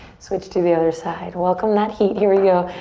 switch to the other side, welcome that heat, here we go.